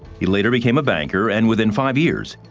he later became a banker, and within five years,